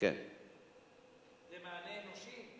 מענה אנושי?